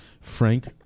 Frank